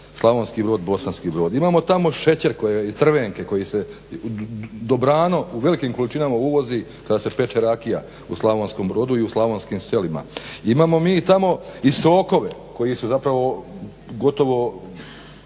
Slavonski Brod – Bosanski Brod. Imamo tamo šećer iz Crvenke koji se dobrano u velikim količinama uvozi kada se peče rakija u slavonskom brodu i u slavonskim selima. Imamo mi tamo i sokove koji su zapravo gotovo